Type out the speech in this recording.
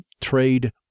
trade